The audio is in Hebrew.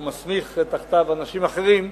והוא מסמיך תחתיו אנשים אחרים,